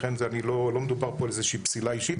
לכן לא מדובר פה על איזה שהיא פסילה אישית,